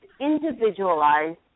individualized